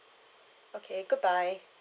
okay goodbye